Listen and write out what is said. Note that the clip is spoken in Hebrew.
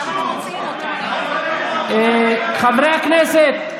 חברי הכנסת,